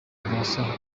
rwasa